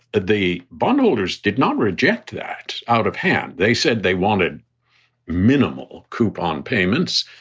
the bondholders did not reject that out of hand. they said they wanted minimal coupon payments,